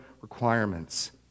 requirements